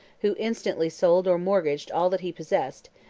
who instantly sold or mortgaged all that he possessed,